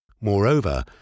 Moreover